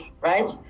right